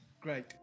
Great